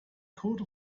code